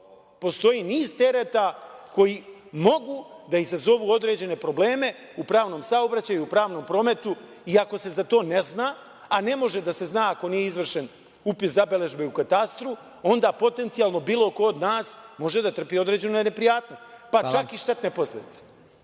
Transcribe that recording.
Postoji niz tereta koji mogu da izazovu određene probleme u pravnom saobraćaju, u pravnom prometu i ako se za to ne zna, a ne može da se zna ako nije izvršen upis zabeležbe u katastru, onda potencijalno bilo ko od nas može da trpi određene neprijatnosti, pa čak i štetne posledice. Zbog